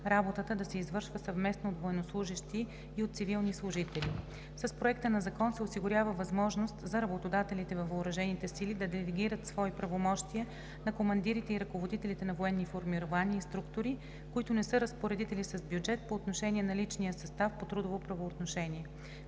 работата да се извършва съвместно от военнослужещи и от цивилни служители. С Проекта на закон се осигурява възможност за работодателите във въоръжените сили да делегират свои правомощия на командирите и ръководителите на военни формирования и структури, които не са разпоредители с бюджет, по отношение на личния състав по трудово правоотношение.